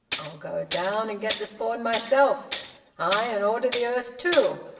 i'll go down and get the spawn myself ay! and order the earth too!